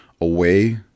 away